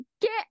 Get